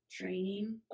training